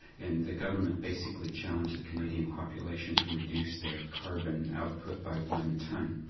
and the government basically challenged the canadian population to reduce their carbon output by one ton.